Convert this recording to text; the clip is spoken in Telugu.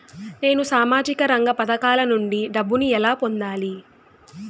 నేను సామాజిక రంగ పథకాల నుండి డబ్బుని ఎలా పొందాలి?